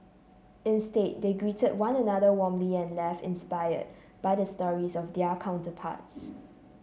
instead they greeted one another warmly and left inspired by the stories of their counterparts